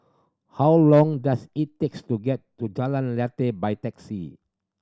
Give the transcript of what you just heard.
how long does it takes to get to Jalan Lateh by taxi